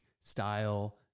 style